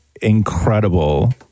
Incredible